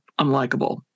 unlikable